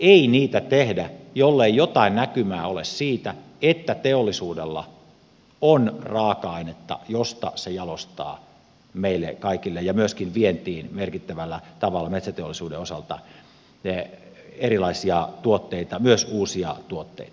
ei niitä tehdä jollei jotain näkymää ole siitä että teollisuudella on raaka ainetta josta se jalostaa meille kaikille ja myöskin vientiin merkittävällä tavalla metsäteollisuuden osalta erilaisia tuotteita myös uusia tuotteita